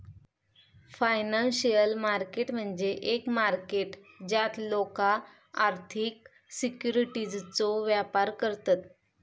financial market म्हणजे एक market ज्यात लोका आर्थिक सिक्युरिटीजचो व्यापार करतत